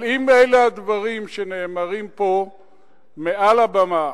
אבל אם אלה הדברים שנאמרים פה מעל הבמה